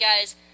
guys